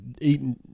eating